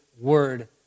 Word